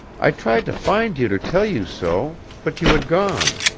i tried to find you to tell you so. but you had gone.